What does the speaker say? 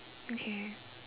okay